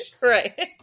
Right